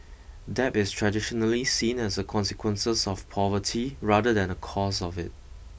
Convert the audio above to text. debt is traditionally seen as a consequences of poverty rather than a cause of it